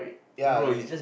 ya legit